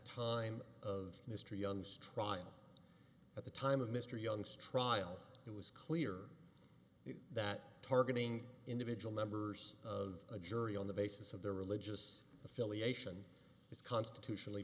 time of mr young's trial at the time of mr young struggle it was clear that targeting individual members of a jury on the basis of their religious affiliation is constitutionally